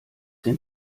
den